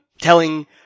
telling